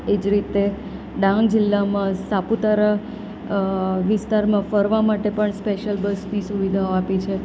એ જ રીતે ડાંગ જિલ્લામાં સાપુતારા વિસ્તારમાં ફરવા માટે પણ સ્પેશ્યલ બસની સુવિધાઓ આપી છે